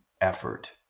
effort